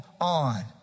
on